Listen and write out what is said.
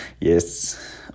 Yes